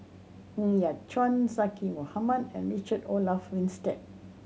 Ng Yat Chuan Zaqy Mohamad and Richard Olaf Winstedt